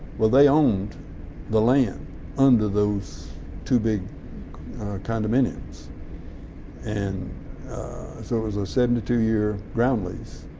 well they owned the land under those two big condominiums and so it was a seventy two year ground lease.